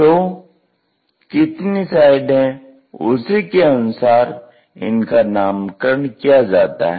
तो कितनी साइड है उसी के अनुसार इनका नामकरण किया जाता है